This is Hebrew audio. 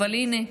אבל הינה,